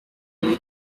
muri